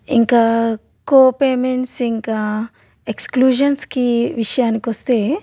ఇంకా co payments ఇంకా ఎక్స్క్లూషన్స్కి విషయానికొస్తే